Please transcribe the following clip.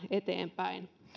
eteenpäin